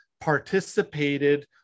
participated